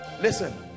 listen